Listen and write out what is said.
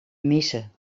missen